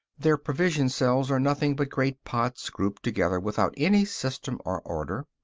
their provision-cells are nothing but great pots, grouped together without any system or order.